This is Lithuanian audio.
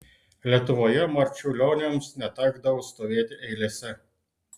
lietuvoje marčiulioniams netekdavo stovėti eilėse